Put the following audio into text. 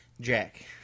Jack